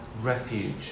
refuge